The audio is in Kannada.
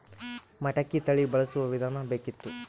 ಮಟಕಿ ತಳಿ ಬಳಸುವ ವಿಧಾನ ಬೇಕಿತ್ತು?